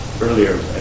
earlier